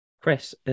Chris